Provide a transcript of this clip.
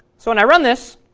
so when i run this,